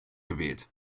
gewählt